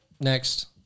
Next